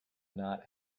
not